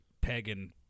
pagan